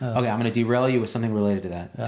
okay, i'm gonna derail you with something related to that